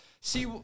see